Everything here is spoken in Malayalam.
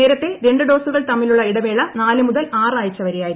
നേരത്തെ രണ്ട് ഡോസുകൾ തമ്മിലുളള ഇടവേള നാലു മുതൽ ആറ് ആഴ്ച്ച വരെയായിരുന്നു